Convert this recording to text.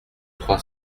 trois